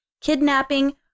kidnapping